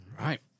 right